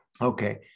okay